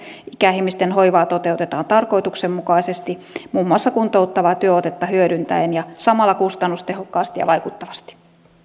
ikäihmisten hoivaa toteutetaan tarkoituksenmukaisesti muun muassa kuntouttavaa työotetta hyödyntäen ja samalla kustannustehokkaasti ja vaikuttavasti